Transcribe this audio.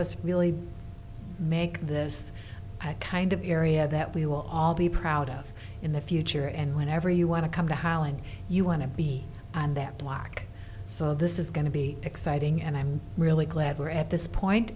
us really make this kind of area that we will all be proud of in the future and whenever you want to come to holland you want to be on that walk saw this is going to be exciting and i'm really glad we're at this point